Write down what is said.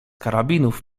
karabinów